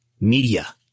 media